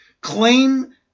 claim